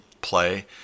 play